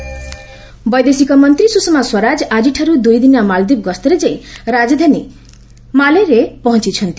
ସ୍ରଷମା ମାଳଦ୍ୱୀପ ବୈଦେଶିକ ମନ୍ତ୍ରୀ ସ୍ରଷମା ସ୍ୱରାଜ ଆଜିଠାରୁ ଦୂଇଦିନିଆ ମାଳଦୀପ ଗସ୍ତରେ ଯାଇ ରାଜଧାନୀ ମାଲେରେ ପହଞ୍ଚୁଛନ୍ତି